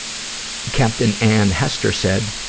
captain ann hester said,